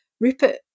Rupert